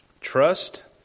Trust